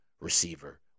receiver